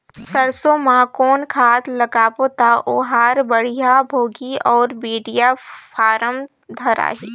सरसो मा कौन खाद लगाबो ता ओहार बेडिया भोगही अउ बेडिया फारम धारही?